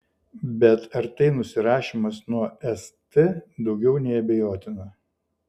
bet ar tai nusirašymas nuo st daugiau nei abejotina